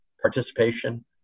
participation